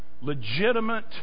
legitimate